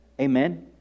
Amen